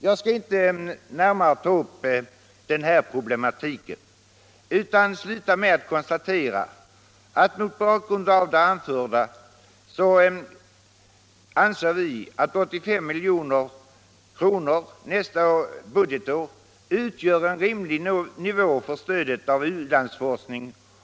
Jag skall inte närmare ta upp denna problematik utan slutar med att konstatera att utskottet mot bakgrund av det anförda anser att 85 milj.kr. nästa budgetår utgör en rimlig nivå för stödet till u-landsforskning.